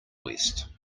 west